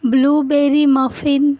blueberry muffin